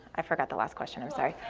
i forgot the last question, i'm sorry.